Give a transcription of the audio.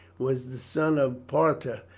was the son of parta,